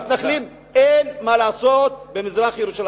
למתנחלים אין מה לעשות במזרח-ירושלים.